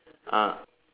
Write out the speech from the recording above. ah